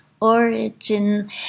Origin